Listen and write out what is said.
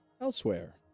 Elsewhere